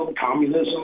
communism